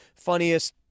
funniest